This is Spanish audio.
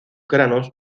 granos